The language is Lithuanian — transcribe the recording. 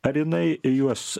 ar jinai juos